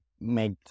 make